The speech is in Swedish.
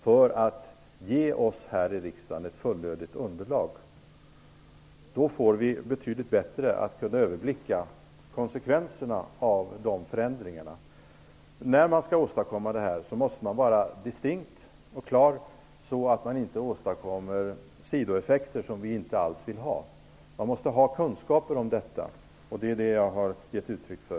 för att vi här i riksdagen skall få ett fullödigt underlag. Då får vi betydligt bättre möjligheter att överblicka konsekvenserna av förändringarna. När man skall genomföra detta måste man vara distinkt och klar, så att man inte åstadkommer sidoeffekter som vi inte alls vill ha. Man måste ha kunskaper om detta. Det är vad jag har gett uttryck för.